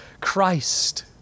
Christ